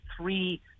three